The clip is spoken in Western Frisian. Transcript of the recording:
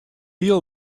heel